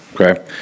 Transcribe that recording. Okay